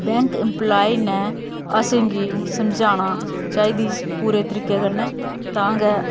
bank employee ने असेंगी समझाना चाहिदी पूरे तरीके कन्नै तां गै